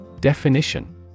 Definition